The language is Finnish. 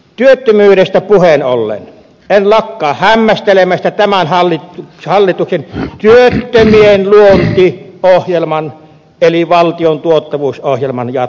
työttömyydestä puheen ollen en lakkaa hämmästelemästä tämän hallituksen työttömien luontiohjelman eli valtion tuottavuusohjelman jatkumista